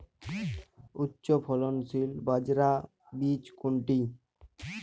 উচ্চফলনশীল বাজরার বীজ কোনটি?